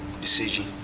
decision